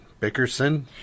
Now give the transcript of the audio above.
Bickerson